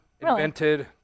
invented